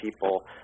people